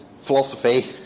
philosophy